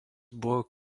buvo